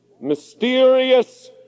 Mysterious